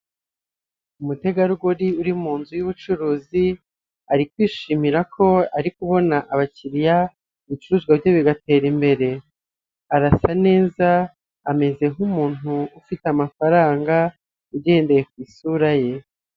Umutegarugori uri mu nzu y'ubucuruzi, ari kwishimira ko ari kubona abakiriya, ibicuruzwa bye bigatera imbere, arasa neza ameze nk'umuntu ufite amafaranga ugendeye ku isura ye.